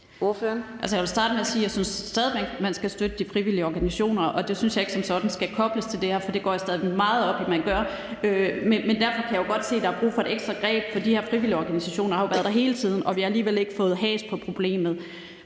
Jeg vil starte med at sige, at jeg stadig væk synes, man skal støtte de frivillige organisationer, og det synes jeg ikke som sådan skal kobles til det her, for det går jeg stadig væk meget op i at man gør. Men derfor kan jeg jo godt se, at der er brug for et ekstra greb, for de her frivillige organisationer har jo været der hele tiden, og vi har alligevel ikke fået has på problemet.